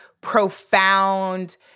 profound